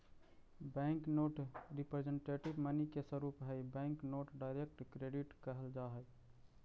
bank note representative money के स्वरूप हई बैंक नोट डायरेक्ट क्रेडिट कहल जा हई